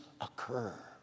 occur